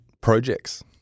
projects